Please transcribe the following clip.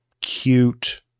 cute